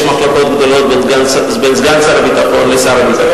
מחלוקות גדולות בין סגן שר הביטחון לשר הביטחון.